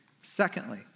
Secondly